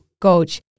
Coach